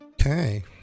Okay